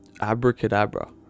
abracadabra